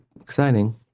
exciting